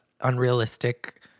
Unrealistic